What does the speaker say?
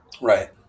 Right